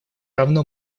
равно